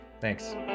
Thanks